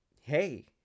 hey